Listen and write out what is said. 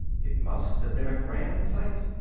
it must have been a grand sight.